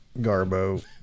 Garbo